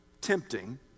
tempting